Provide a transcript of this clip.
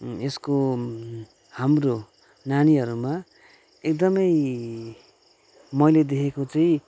यस्को हाम्रो नानीहरूमा एकदमै मैले देखेको चाहिँ